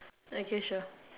okay sure